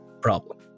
problem